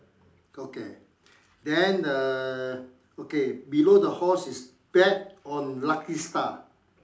okay then the okay below the horse is bet on lucky star